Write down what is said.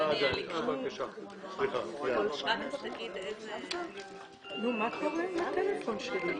אני אתייחס לסט הראשון שהוא מאפריל